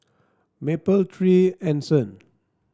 Mapletree Anson